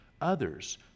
others